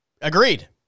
Agreed